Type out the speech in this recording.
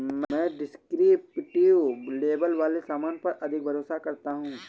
मैं descriptive label वाले सामान पर अधिक भरोसा करता हूं